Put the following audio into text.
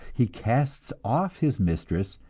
he casts off his mistress,